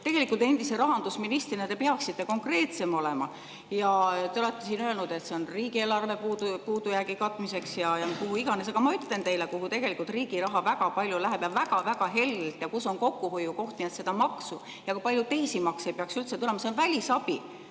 Tegelikult endise rahandusministrina te peaksite konkreetsem olema. Te olete öelnud, et see on riigieelarve puudujäägi katmiseks ja mille iganes jaoks. Aga ma ütlen teile, kuhu tegelikult riigi raha väga palju läheb ja väga-väga heldelt ning kus on kokkuhoiukohti, et seda maksu ja palju teisi makse ei peaks üldse tulema. See on välisabi.